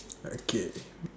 okay